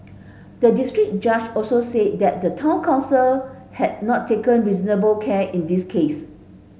the district judge also said that the town council had not taken reasonable care in this case